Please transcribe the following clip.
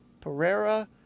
Pereira